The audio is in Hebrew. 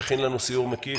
ומכין לנו סיור מקיף.